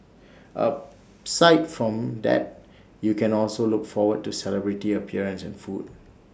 aside from that you can also look forward to celebrity appearances and food